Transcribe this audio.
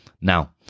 Now